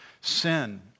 sin